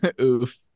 OOF